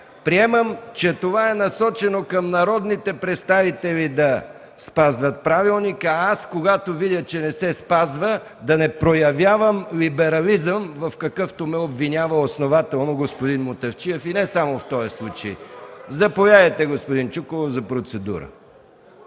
Приемам, че това е насочено към народните представители – да спазват Правилника, а аз, когато видя, че не се спазва, да не проявявам либерализъм, в какъвто основателно ме обвинява господин Мутафчиев, и не само в този случай. Заповядайте, господин Чуколов, за процедура.